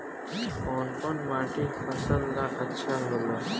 कौन कौनमाटी फसल ला अच्छा होला?